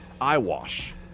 eyewash